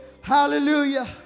Hallelujah